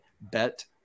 Bet